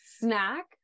snack